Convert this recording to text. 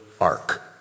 ark